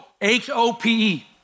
H-O-P-E